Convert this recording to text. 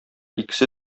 икесе